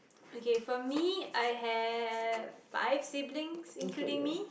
okay for me I have five siblings including me